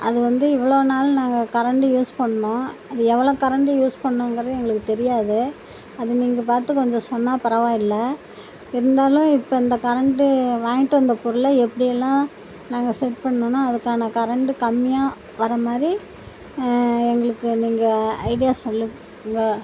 அது வந்து இவ்வளோ நாள் நாங்கள் கரண்டு யூஸ் பண்ணிணோம் அது எவ்வளோ கரண்டு யூஸ் பண்ணணுங்கறது எங்களுக்கு தெரியாது அது நீங்கள் பார்த்து கொஞ்சம் சொன்னால் பரவாயில்லை இருந்தாலும் இப்போ இந்த கரண்டு வாங்கிட்டு வந்த பொருளை எப்படியெல்லாம் நாங்கள் செட் பண்ணணுன்னா அதுக்கான கரண்டு கம்மியாக வர்ற மாதிரி எங்களுக்கு நீங்க ஐடியா சொல்லுங்க